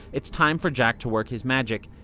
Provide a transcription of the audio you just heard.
it's time for jack to work his magic.